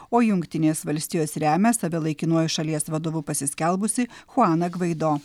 o jungtinės valstijos remia save laikinuoju šalies vadovu pasiskelbusį chuaną gvaido